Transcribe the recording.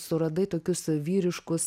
suradai tokius vyriškus